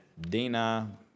Dina